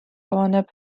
avaneb